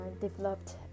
developed